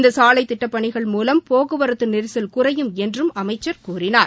இந்த சாலை திட்டப்பணிகள் மூலம் போக்குவரத்து நெரிசல் குறையும் என்றும் அமைச்சர் கூறினார்